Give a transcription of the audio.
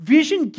Vision